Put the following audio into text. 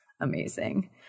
amazing